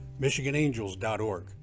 michiganangels.org